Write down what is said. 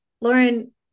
Lauren